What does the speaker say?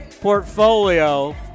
portfolio